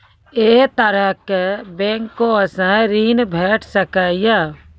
ऐ तरहक बैंकोसऽ ॠण भेट सकै ये?